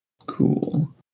Cool